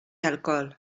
alcohol